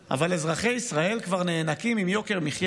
אזרחי ישראל כבר נאנקים תחת יוקר המחיה